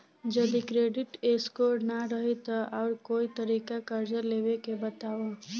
जदि credit score ना रही त आऊर कोई तरीका कर्जा लेवे के बताव?